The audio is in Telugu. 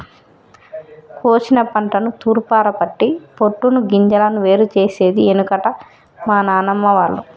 కోశిన పంటను తూర్పారపట్టి పొట్టును గింజలను వేరు చేసేది ఎనుకట మా నానమ్మ వాళ్లు